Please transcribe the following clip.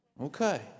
Okay